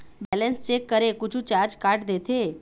Balance check करें कुछू charge काट देथे?